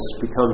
becomes